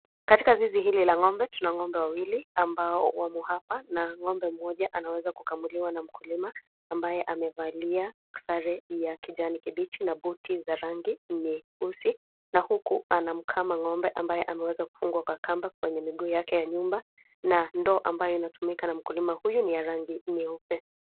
Katika zizi hili la ng'ombe tuna ng'ombe wawili ambao wamo hapa, na ng'ombe mmoja anaweza kukamuliwa na mkulima ambaye amevalia sare ya kijani kibichi na buti za rangi nyeusi, na huku anamkama ng'ombe ambaye ameweza kufungwa kwa kamba kwenye miguu yake ya nyuma, na ndoo ambayo inatumika na mkulima huyu ni ya rangi nyeupe.